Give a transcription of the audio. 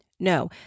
No